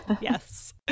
Yes